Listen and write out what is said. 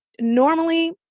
normally